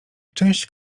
część